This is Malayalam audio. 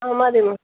ആ മതി ഉം